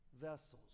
vessels